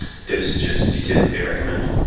dosages do you typically recommend?